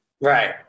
Right